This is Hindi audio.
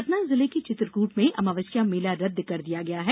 सतना जिले के चित्रकूट में अमावस्या मेला रदद कर दिया गया है